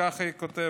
כך היא כותבת: